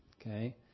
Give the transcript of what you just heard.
Okay